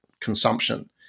consumption